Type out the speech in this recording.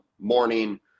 morning